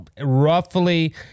roughly